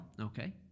Okay